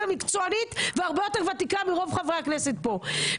מקצוענית והרבה יותר ותיקה מרוב חברי הכנסת פה.